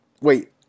Wait